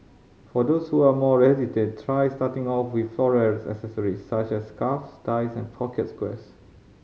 for those who are more hesitant try starting off with floral accessories such as scarves ties of pocket squares